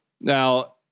Now